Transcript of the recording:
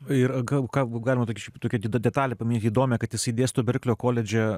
ir gal ką galima tik šiaip tokia detalė pamėtydavome kad jisai dėsto berklio koledže